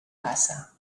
bassa